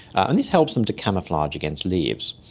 and this helps them to camouflage against leaves.